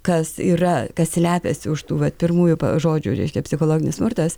kas yra kas slepiasi už tų vat pirmųjų žodžių reiškia psichologinis smurtas